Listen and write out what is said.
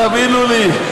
תאמינו לי.